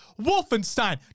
Wolfenstein